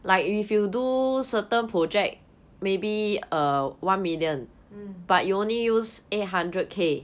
mm